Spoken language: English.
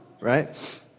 right